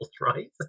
right